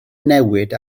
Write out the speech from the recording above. newid